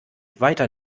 weiter